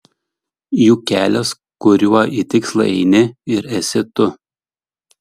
juk kelias kuriuo į tikslą eini ir esi tu